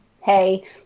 hey